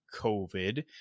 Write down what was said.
COVID